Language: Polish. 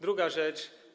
Druga rzecz.